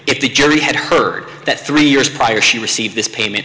if the jury had heard that three years prior she received this payment